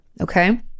okay